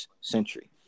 century